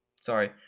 sorry